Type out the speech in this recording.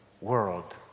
world